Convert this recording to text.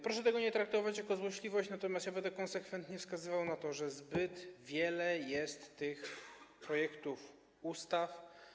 Proszę tego nie traktować jako złośliwość, natomiast ja będę konsekwentnie wskazywał na to, że zbyt wiele jest tych projektów ustaw.